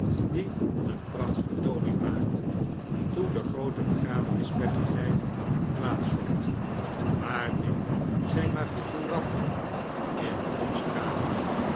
die een prachtvertooning maakten toen de groote begrafenis plechtigheid plaats vond maar dit zijn maar flguranten in ons drama